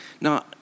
Now